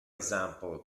example